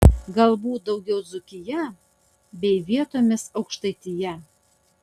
galbūt daugiau dzūkija bei vietomis aukštaitija